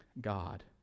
God